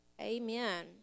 Amen